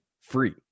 free